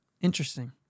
interesting